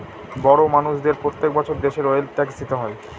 বড় মানষদের প্রত্যেক বছর দেশের ওয়েলথ ট্যাক্স দিতে হয়